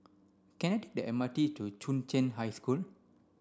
can I take the M R T to Chung Cheng High School